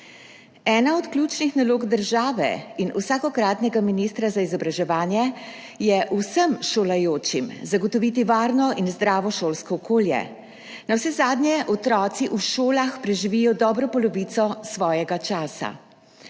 Ena od ključnih nalog države in vsakokratnega ministra za izobraževanje je vsem šolajočim zagotoviti varno in zdravo šolsko okolje, navsezadnje otroci v šolah preživijo dobro polovico svojega časa.